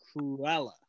Cruella